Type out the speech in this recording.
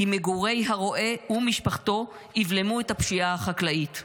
מגורי הרועה ומשפחתו יבלמו את הפשיעה החקלאית,